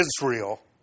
Israel